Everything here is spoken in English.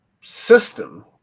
system